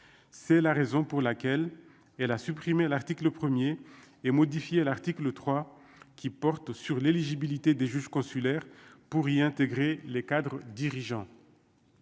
c'est la raison pour laquelle elle a supprimé l'article 1er et modifier l'article 3 qui porte sur l'éligibilité des juges consulaires pour y intégrer les cadres dirigeants.